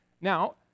Now